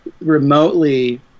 remotely